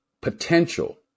potential